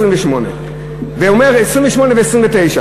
28 ו-29.